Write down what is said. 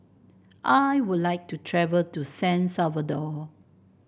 I would like to travel to San Salvador